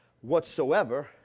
whatsoever